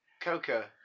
coca